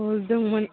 हरदोंमोन